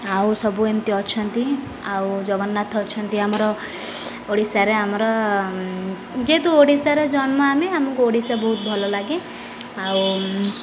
ଆଉ ସବୁ ଏମିତି ଅଛନ୍ତି ଆଉ ଜଗନ୍ନାଥ ଅଛନ୍ତି ଆମର ଓଡ଼ିଶାରେ ଆମର ଯେହେତୁ ଓଡ଼ିଶାର ଜନ୍ମ ଆମେ ଆମକୁ ଓଡ଼ିଶା ବହୁତ ଭଲ ଲାଗେ ଆଉ